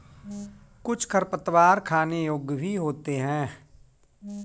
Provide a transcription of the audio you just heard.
कुछ खरपतवार खाने योग्य भी होते हैं